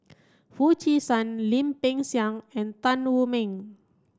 Foo Chee San Lim Peng Siang and Tan Wu Meng